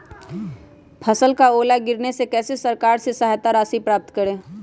फसल का ओला गिरने से कैसे सरकार से सहायता राशि प्राप्त करें?